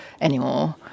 anymore